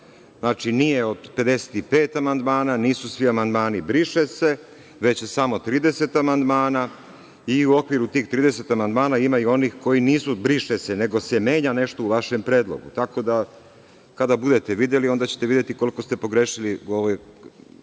znači, nije od 55 amandmana, nisu svi amandmani „briše se“, već je samo 30 amandmana i u okviru tih 30 amandmana ima i onih koji nisu „briše se“, nego se menja nešto u vašem predlogu. Tako da, kada budete videli, onda ćete videti koliko ste pogrešili u ovoj